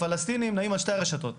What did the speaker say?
והפלסטינים נעים על שתי הרשתות.